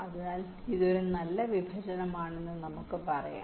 അതിനാൽ ഇതൊരു നല്ല വിഭജനമാണെന്ന് നമുക്ക് പറയാം